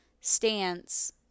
stance